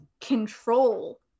control